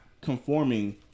conforming